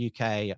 UK